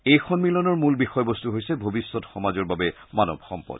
এই সন্মিলনৰ মূল বিষয়বস্ত হৈছে ভৱিষ্যত সমাজৰ বাবে মানৱ সম্পদ